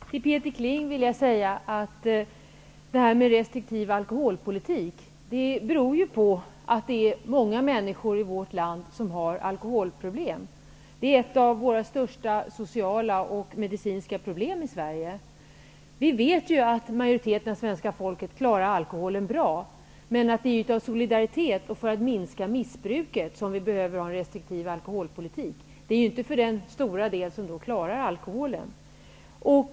Herr talman! Till Peter Kling vill jag säga att vi har restriktiv alkoholpolitik därför att många människor i Sverige har alkoholproblem. Det är ett av våra största sociala och medicinska problem. Vi vet att majoriteten av svenska folket klarar alkoholen bra, men det är av solidaritet och för att minska missbruket som vi behöver ha en restriktiv alkoholpolitik, inte för den stora andel som klarar alkoholen bra.